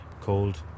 cold